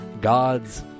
God's